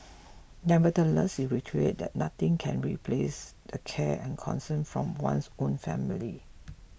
nevertheless he reiterated that nothing can replace the care and concern from one's own family